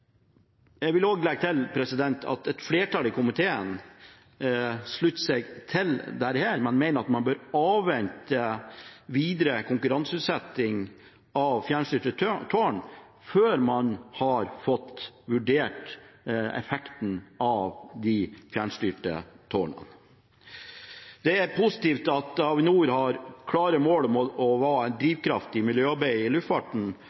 Jeg vil legge til at et flertall i komiteen slutter seg til dette, men mener at man bør avvente videre konkurranseutsetting av fjernstyrte tårn til man har fått vurdert effekten av dem. Det er positivt at Avinor har klare mål om å være en drivkraft i miljøarbeidet i luftfarten